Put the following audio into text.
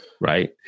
right